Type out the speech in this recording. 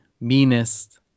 meanest